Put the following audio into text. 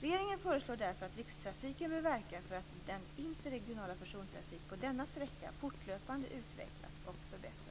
Regeringen föreslår därför att Rikstrafiken bör verka för att den interregionala persontrafiken på denna sträcka fortlöpande utvecklas och förbättras.